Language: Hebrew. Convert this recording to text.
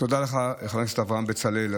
תודה לך, חבר הכנסת אברהם בצלאל.